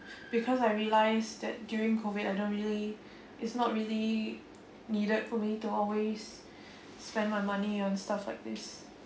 because I realized that during COVID I don't really is not really needed for me to always spend my money on stuff like this